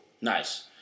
Nice